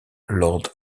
lord